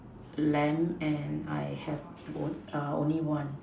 lamb and I have both only one